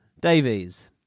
Davies